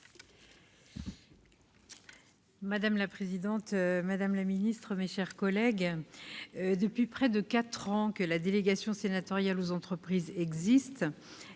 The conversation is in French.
Madame la présidente, madame la secrétaire d'État, mes chers collègues, depuis près de quatre ans que la délégation sénatoriale aux entreprises existe,